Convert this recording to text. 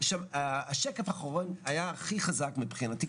השקף האחרון היה הכי חזק מבחינתי,